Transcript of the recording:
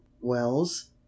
wells